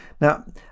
Now